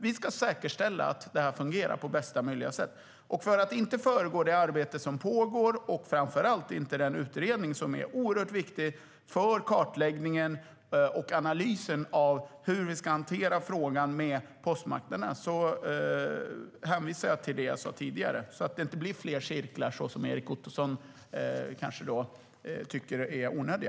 Vi ska säkerställa att utdelningen ska fungera på bästa möjliga sätt. För att inte föregå det pågående arbetet, och framför allt inte den oerhört viktiga utredningen som ska kartlägga och analysera hur frågan om postmarknaden ska hanteras, hänvisar jag till vad jag har sagt tidigare - så att det inte blir fler cirklar som Erik Ottoson tycker är onödiga.